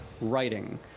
writing